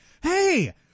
hey